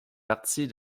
partie